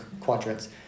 quadrants